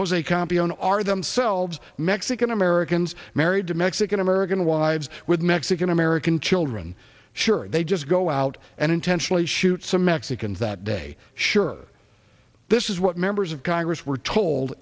jose campian are themselves mexican americans married to mexican american wives with mexican american children sure they just go out and intentionally shoot some mexicans that day sure this is what members of congress were told